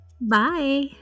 Bye